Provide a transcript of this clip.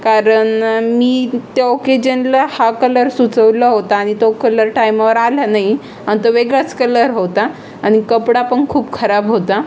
कारण मी त्या ओकेजनला हा कलर सुचवला होता आणि तो कलर टायमावर आला नाही आणि तो वेगळाच कलर होता आणि कपडा पण खूप खराब होता